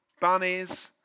bunnies